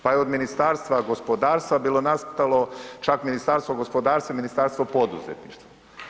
Pa je od Ministarstva gospodarstva bilo nastalo čak Ministarstvo gospodarstva i Ministarstvo poduzetništva.